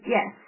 Yes